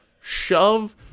shove